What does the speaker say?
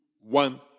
one